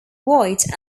white